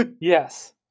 Yes